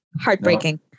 heartbreaking